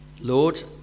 lord